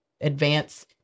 advance